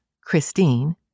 Christine